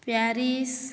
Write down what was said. Paris